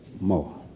more